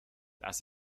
das